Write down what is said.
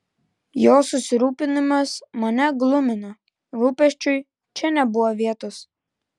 jo susirūpinimas mane glumino rūpesčiui čia nebuvo vietos